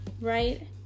right